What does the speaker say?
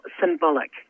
symbolic